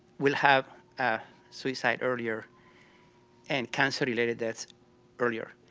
will have suicide earlier and cancer-related deaths earlier.